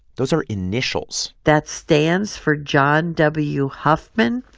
those are initials that stands for john w. huffman,